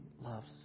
loves